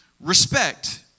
respect